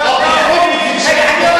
זה שהוגדר